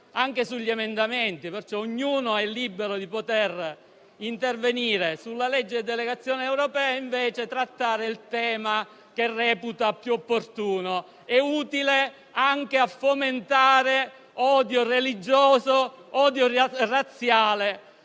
anche sugli emendamenti; ognuno si sente libero di intervenire sulla legge delegazione europea per trattare il tema che reputa più opportuno e utile anche a fomentare l'odio religioso e razziale.